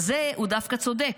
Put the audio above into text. בזה הוא דווקא צודק,